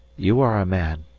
you are a man,